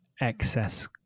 excess